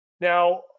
now